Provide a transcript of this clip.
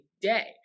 day